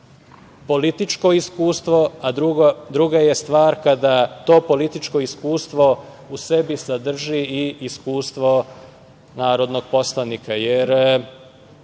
političko iskustvo, a druga je stvar kada to političko iskustvo u sebi sadrži i iskustvo narodnog poslanika.